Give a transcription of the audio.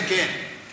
זה כן, זה כן.